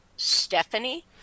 Stephanie